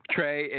Trey